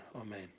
Amen